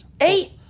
Eight